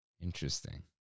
Interesting